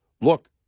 look